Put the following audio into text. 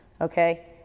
Okay